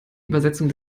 übersetzung